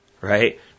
right